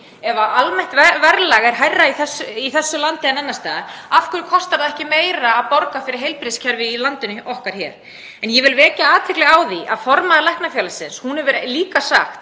Ef almennt verðlag er hærra í þessu landi en hinu, af hverju kostar það ekki meira að borga fyrir heilbrigðiskerfið í landinu okkar? En ég vil vekja athygli á því að formaður Læknafélagsins hefur líka sagt